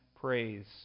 praise